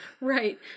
right